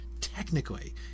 Technically